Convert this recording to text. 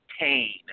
pain